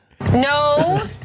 No